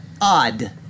odd